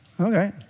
Okay